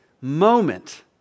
moment